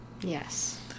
yes